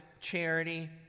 charity